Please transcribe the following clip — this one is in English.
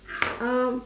um